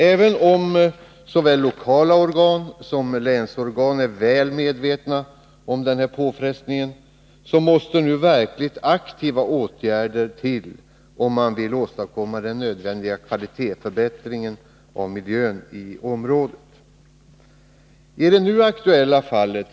Även om såväl lokala organ som länsorgan är väl medvetna om denna påfrestning, måste verkligt aktiva åtgärder till om man vill åstadkomma den nödvändiga kvalitetsförbättringen av miljön i området.